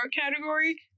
category